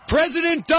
President